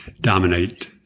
dominate